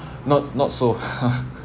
not not so